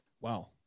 Wow